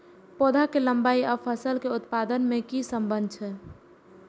पौधा के लंबाई आर फसल के उत्पादन में कि सम्बन्ध छे?